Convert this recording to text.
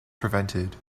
prevented